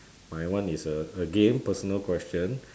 my one is a again personal question